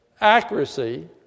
accuracy